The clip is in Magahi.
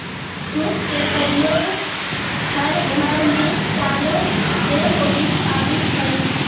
सूप के प्रयोग हर घर में सालो से होवित आवित हई